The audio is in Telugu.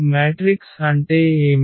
మ్యాట్రిక్స్ అంటే ఏమిటి